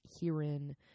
herein